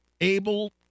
able